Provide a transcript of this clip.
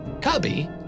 Cubby